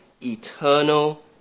eternal